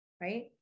Right